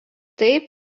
taip